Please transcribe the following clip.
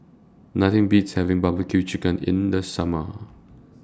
Nothing Beats having Barbecue Chicken in The Summer